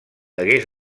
hagués